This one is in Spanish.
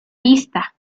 vista